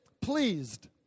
pleased